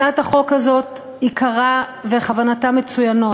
הצעת החוק הזאת, עיקרה וכוונתה מצוינות.